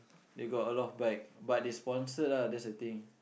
they got a lot of bike but they sponsored ah that's the thing